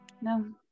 no